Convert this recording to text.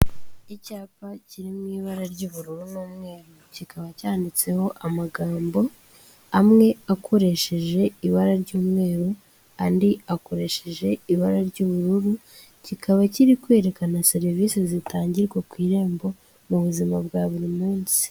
Icyapa kiri mu ibara ry'ubururu n'umweru, kikaba cyanditseho amagambo, amwe akoresheje ibara ry'umweru, andi akoresheje ibara ry'ubururu, kikaba kiri kwerekana serivisi zitangirwa ku irembo mu buzima bwa buri munsi.